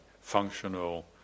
functional